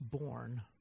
born